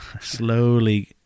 slowly